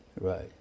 Right